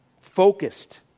Focused